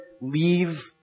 leave